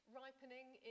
ripening